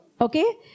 Okay